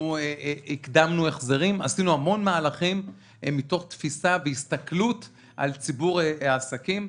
הקדמנו החזרים ועשינו המון מהלכים מתוך תפיסה והסתכלות על ציבור העסקים.